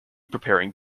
preparing